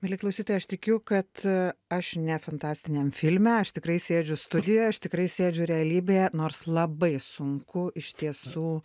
mieli klausytojai aš tikiu kad aš ne fantastiniam filme aš tikrai sėdžiu studijoj aš tikrai sėdžiu realybėje nors labai sunku iš tiesų